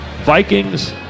Vikings